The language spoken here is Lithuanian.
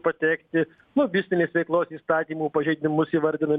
patekti lobistinės veiklos įstatymų pažeidimus įvardino